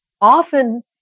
Often